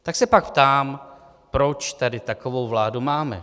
Tak se pak ptám, proč tady takovou vládu máme.